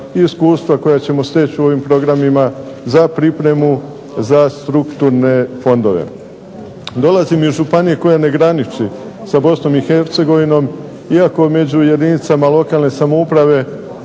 iskustva koja ćemo steći u ovim programima za pripremu za strukturne fondove. Dolazim iz županije koja ne graniči sa BiH iako među jedinicama lokalne samouprave